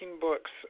books